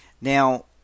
Now